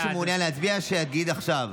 מי שמעוניין להצביע, שיגיד עכשיו,